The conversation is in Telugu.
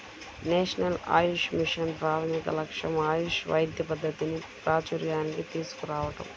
నేషనల్ ఆయుష్ మిషన్ ప్రాథమిక లక్ష్యం ఆయుష్ వైద్య పద్ధతిని ప్రాచూర్యానికి తీసుకురావటం